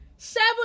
Seven